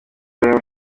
ibrahim